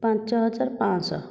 ପାଞ୍ଚ ହଜାର ପାଞ୍ଚଶହ